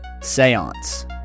Seance